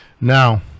Now